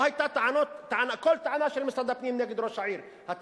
לא היתה כל טענה של משרד הפנים נגד ראש העיר.